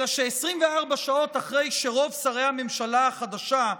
אלא ש-24 שעות אחרי שרוב שרי הממשלה החדשה,